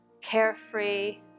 Carefree